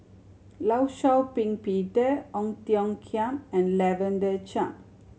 Law Shau Ping Peter Ong Tiong Khiam and Lavender Chang